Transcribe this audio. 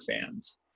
fans